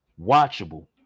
watchable